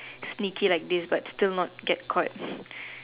sneaky like this but still not get caught